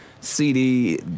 CD